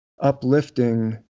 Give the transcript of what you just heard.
uplifting